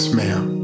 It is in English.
ma'am